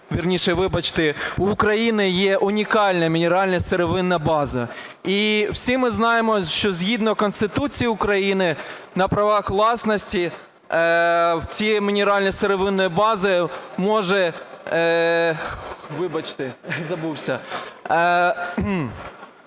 Вірніше, вибачте, у України є унікальна мінерально-сировинна база. І всі ми знаємо, що згідно Конституції України на правах власності цією мінерально-сировинною базою може… (Вибачте, забувся).